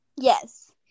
Yes